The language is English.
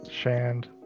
Shand